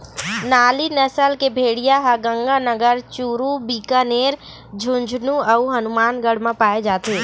नाली नसल के भेड़िया ह गंगानगर, चूरू, बीकानेर, झुंझनू अउ हनुमानगढ़ म पाए जाथे